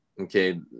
okay